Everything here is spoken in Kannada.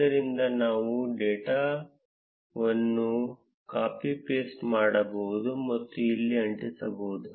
ಆದ್ದರಿಂದ ನಾವು ಡೇಟಾವನ್ನು ಕಾಪಿ ಪೇಸ್ಟ್ ಮಾಡಬಹುದು ಮತ್ತು ಇಲ್ಲಿ ಅಂಟಿಸಬಹುದು